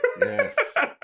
Yes